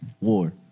war